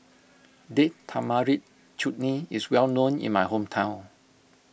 Date Tamarind Chutney is well known in my hometown